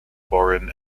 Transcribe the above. foreign